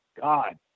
God